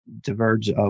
diverge